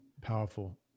Powerful